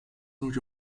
new